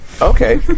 Okay